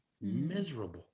miserable